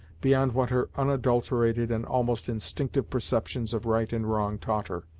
beyond what her unadulterated and almost instinctive perceptions of right and wrong taught her,